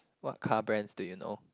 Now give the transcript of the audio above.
what car brands do you know